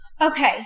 Okay